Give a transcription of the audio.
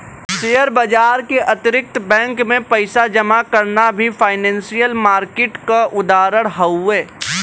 share बाजार के अतिरिक्त बैंक में पइसा जमा करना भी फाइनेंसियल मार्किट क उदाहरण हउवे